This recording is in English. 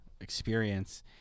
experience